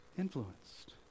influenced